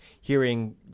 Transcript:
hearing